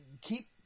keep